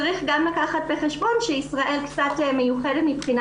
צריך גם לקחת בחשבון שישראל קצת מיוחדת מהבחינה